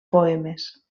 poemes